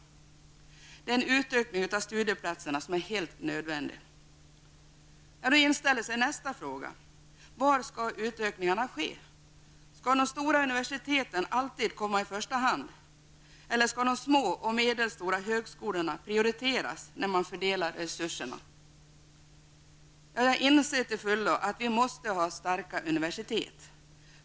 En utökning av antalet studieplatser är helt nödvändig. Då inställer sig följande frågor: Var skall utökningarna ske? Skall de stora universiteten alltid komma i första hand, eller skall de små och medelstora högskolorna prioriteras vid fördelningen av resurser? Jag inser till fullo att vi måste ha starka universitet.